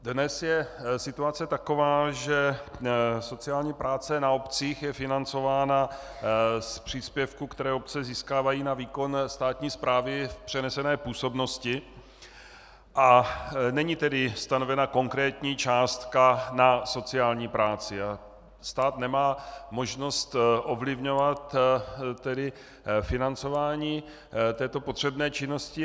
Dnes je situace taková, že sociální práce na obcích je financována z příspěvků, které obce získávají na výkon státní správy v přenesené působnosti, a není tedy stanovena konkrétní částka na sociální práci a stát nemá možnost ovlivňovat financování této potřebné činnosti.